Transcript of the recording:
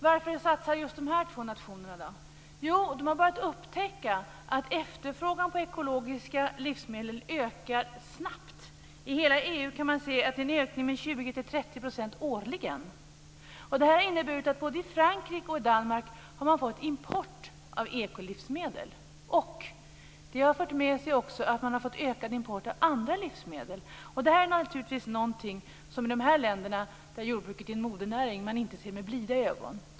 Varför satsar just de här två nationerna? Jo, de har börjat upptäcka att efterfrågan på ekologiska livsmedel ökar snabbt. I hela EU kan man se att det är en ökning med 20-30 % årligen. Det här har inneburit att man både i Frankrike och i Danmark har fått import av ekolivsmedel, och det har fört med sig att man har fått ökad import också av andra livsmedel. Det är naturligtvis någonting som de här länderna, där jordbruket är en modernäring, inte ser med blida ögon.